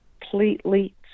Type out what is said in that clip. completely